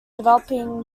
developing